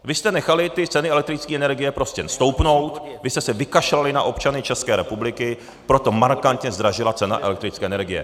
Vy jste nechali ty ceny elektrické energie prostě stoupnout, vy jste se vykašlali na občany České republiky, proto markantně zdražila cena elektrické energie.